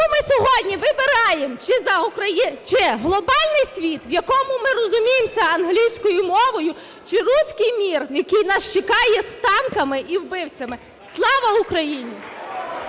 ми сьогодні вибираємо чи глобальний світ, в якому ми розуміємося англійською мовою, чи "русский мир", який нас чекає з танками і вбивцями. Слава Україні!